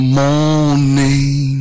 morning